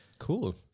Cool